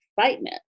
excitement